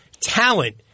talent